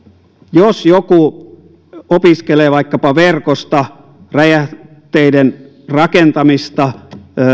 jos joku opiskelee vaikkapa verkosta räjähteiden rakentamista